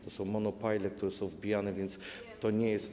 To monopile, które są wbijane, więc to nie jest.